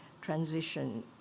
transition